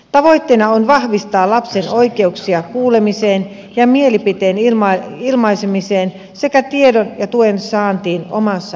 tavoitteena on vahvistaa lapsen oikeuksia kuulemiseen ja mielipiteen ilmaisemiseen sekä tiedon ja tuen saantiin omassa asiassaan